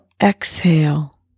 exhale